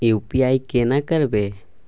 UPI केना करबे?